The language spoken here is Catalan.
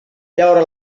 llaura